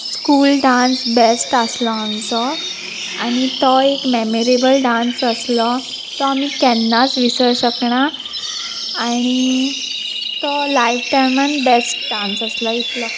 school dance best आसलो आमचो आनी तो एक मेमोरेबल डांस आसलो तो आमी केन्नाच विसर शकणा आनी तो लायफ टायमान बेस्ट डांस आसलो इतलो